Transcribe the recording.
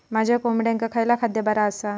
माझ्या कोंबड्यांका खयला खाद्य बरा आसा?